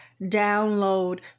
download